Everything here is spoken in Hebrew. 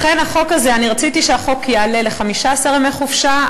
לכן רציתי שהחוק הזה יעלה ל-15 ימי חופשה,